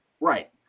Right